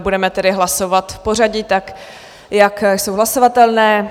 Budeme tedy hlasovat v pořadí tak, jak jsou hlasovatelné.